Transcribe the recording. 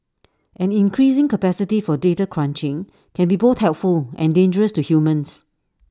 an increasing capacity for data crunching can be both helpful and dangerous to humans